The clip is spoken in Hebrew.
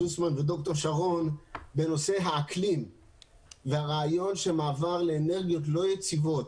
זוסמן וד"ר שרון בנושא האקלים והרעיון שמעבר לאנרגיות לא יציבות